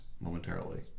momentarily